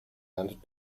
and